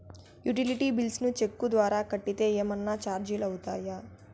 Utility bills ను cheque ద్వారా కట్టితే ఏమన్నా చార్జీలు అవుతాయా?